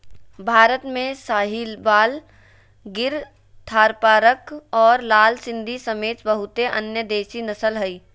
भारत में साहीवाल, गिर थारपारकर और लाल सिंधी समेत बहुते अन्य देसी नस्ल हइ